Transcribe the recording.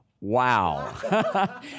wow